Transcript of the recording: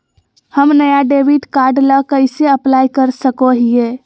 हम नया debit card ला कइसे अप्लाई कर सको हियै?